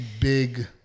big